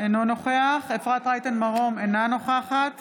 אינו נוכח אפרת רייטן מרום, אינה נוכחת